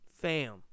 fam